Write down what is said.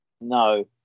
No